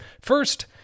First